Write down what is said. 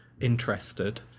interested